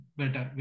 better